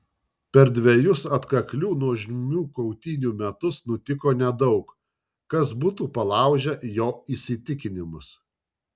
per dvejus atkaklių nuožmių kautynių metus nutiko nedaug kas būtų palaužę jo įsitikinimus